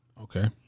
Okay